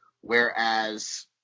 whereas